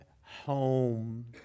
home